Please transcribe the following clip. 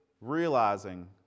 realizing